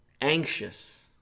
Anxious